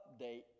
update